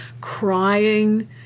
Crying